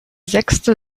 sechste